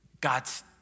God's